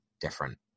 different